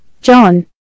John